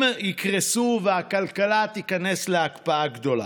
יקרסו והכלכלה תיכנס להקפאה גדולה,